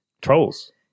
trolls